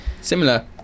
Similar